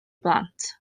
blant